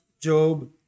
Job